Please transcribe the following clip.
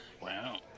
Wow